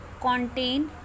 contain